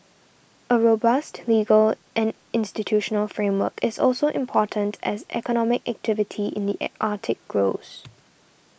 a robust legal and institutional framework is also important as economic activity in the Arctic grows